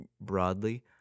broadly